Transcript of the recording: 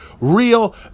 real